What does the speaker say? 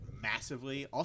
massively